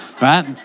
right